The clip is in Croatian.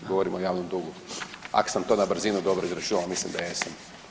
Govorim o javnom dugu, ak sam to na brzinu dobro izračunao, a mislim da jesam.